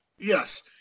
Yes